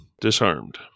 disarmed